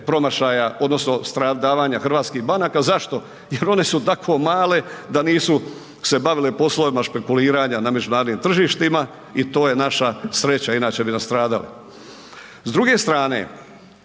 promašaja odnosno stradavanja hrvatskih banaka. Zašto? Jel one su tako male da se nisu bavile poslovima špekuliranja na međunarodnim tržištima i to je naša sreća inače bi nastradali. S druge strane,